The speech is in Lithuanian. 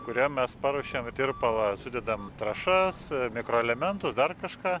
kuriam mes paruošiam tirpalą sudedam trąšas mikroelementus dar kažką